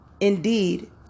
indeed